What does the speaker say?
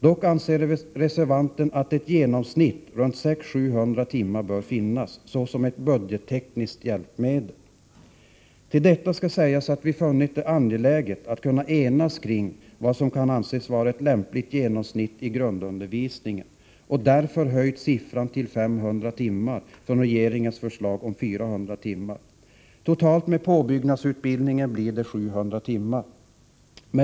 Dock anser reservanten att ett genomsnitt på 600-700 timmar bör finnas, såsom ett Till detta skall sägas att vi har funnit det angeläget att kunna enas kring vad som kan anses vara ett lämpligt genomsnitt i grundundervisningen och därför har ökat antalet timmar till 500 från regeringens förslag på 400 timmar. Med påbyggnadsutbildningen blir det totalt 700 timmar.